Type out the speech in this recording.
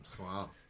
Wow